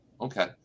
Okay